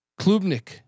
Klubnik